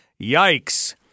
Yikes